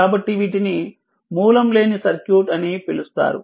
కాబట్టి వీటిని మూలం లేని సర్క్యూట్ అని పిలుస్తారు